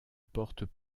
portent